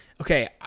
Okay